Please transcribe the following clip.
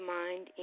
mind